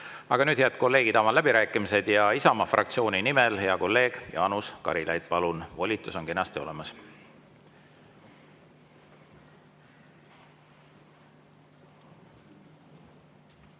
Aga nüüd, head kolleegid, avan läbirääkimised. Isamaa fraktsiooni nimel hea kolleeg Jaanus Karilaid, palun! Volitus on kenasti olemas.